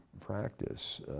practice